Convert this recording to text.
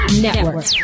Network